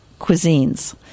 cuisines